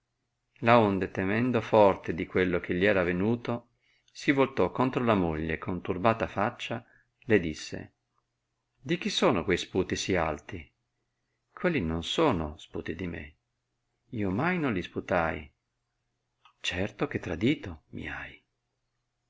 avesse laonde temendo forte di quello che gli era avenuto si voltò contra la moglie e con turbata faccia le disse di chi sono quei sputi sì alti quelli non sono sputi di me io mai non li sputai certo che tradito mi hai